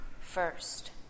First